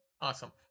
Awesome